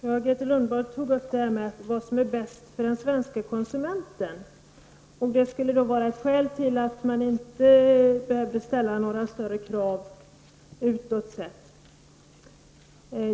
Herr talman! Grethe Lundblad talade om vad som är bäst för den svenska konsumenten. Man skulle inte behöva ställa några större krav på utlandet.